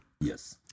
Yes